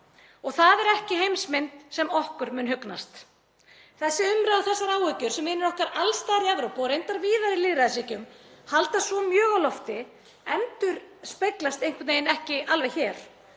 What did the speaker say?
Það er ekki heimsmynd sem okkur mun hugnast. Þessi umræða og þessar áhyggjur sem vinir okkar alls staðar í Evrópu og reyndar víðar í lýðræðisríkjum halda svo mjög á lofti endurspeglast einhvern veginn ekki alveg hér.